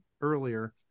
earlier